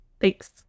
Thanks